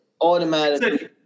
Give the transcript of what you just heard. automatically